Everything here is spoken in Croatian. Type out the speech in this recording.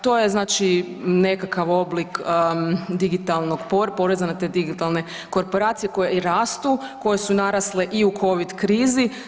To je znači nekakav oblik digitalnog, poreza na te digitalne korporacije koje i rastu, koje su narasle i u Covid krizi.